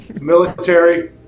military